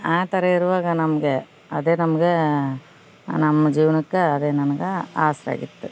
ಆ ಥರ ಇರುವಾಗ ನಮಗೆ ಅದೇ ನಮ್ಗೆ ನಮ್ಮ ಜೀವನಕ್ಕ ಅದೇ ನನಗೆ ಆಸರೆ ಆಗಿತ್ತು